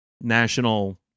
National